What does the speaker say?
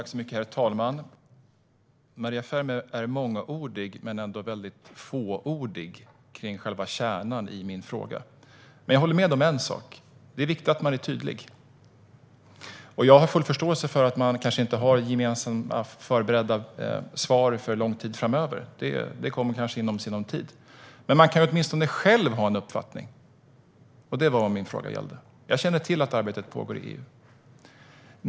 Herr talman! Maria Ferm är mångordig, men ändå väldigt fåordig vad gäller själva kärnan i min fråga. Jag håller med om en sak: Det är viktigt att man är tydlig. Jag har full förståelse för att man kanske inte har gemensamma förberedda svar för lång tid framöver. Det kommer kanske i sinom tid. Men man kan åtminstone själv ha en uppfattning. Det var detta min fråga gällde. Jag känner till att arbetet pågår i EU.